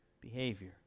behavior